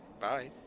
Bye